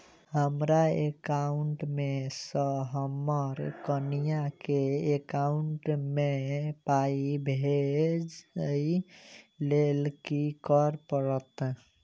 हमरा एकाउंट मे सऽ हम्मर कनिया केँ एकाउंट मै पाई भेजइ लेल की करऽ पड़त?